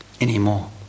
anymore